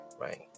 right